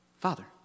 Father